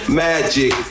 magic